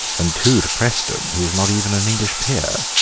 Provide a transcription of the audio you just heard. and two to preston who was not even an english peer.